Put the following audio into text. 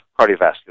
cardiovascular